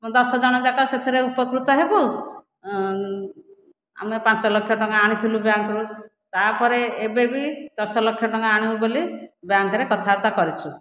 ଦଶଜଣଯାକ ସେଥିରେ ଉପକୃତ ହେବୁ ଆମେ ପାଞ୍ଚଲକ୍ଷ ଟଙ୍କା ଆଣିଥିଲୁ ବ୍ୟାଙ୍କ୍ରୁ ତା'ପରେ ଏବେ ବି ଦଶଲକ୍ଷ ଟଙ୍କା ଆଣିବୁ ବୋଲି ବ୍ୟାଙ୍କ୍ରେ କଥାବାର୍ତ୍ତା କରିଛୁ